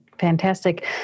Fantastic